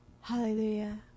Hallelujah